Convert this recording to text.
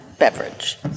beverage